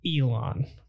Elon